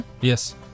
Yes